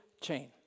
chain